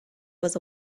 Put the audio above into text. was